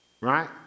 right